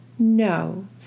No